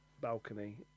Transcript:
balcony